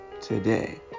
today